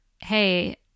hey